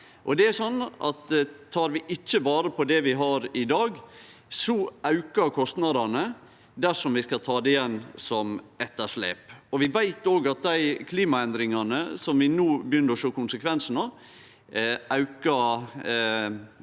Tek vi ikkje vare på det vi har i dag, aukar kostnadene dersom vi skal ta det igjen som etterslep. Vi veit òg at dei klimaendringane som vi no begynner å sjå konsekvensane av